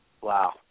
Wow